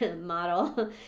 model